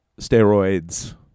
steroids